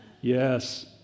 Yes